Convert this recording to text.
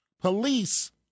police